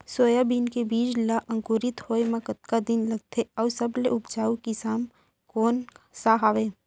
Soybean के बीज ला अंकुरित होय म कतका दिन लगथे, अऊ सबले उपजाऊ किसम कोन सा हवये?